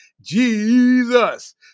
Jesus